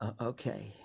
Okay